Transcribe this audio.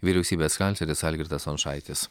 vyriausybės kancleris algirdas stončaitis